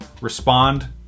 respond